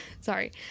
sorry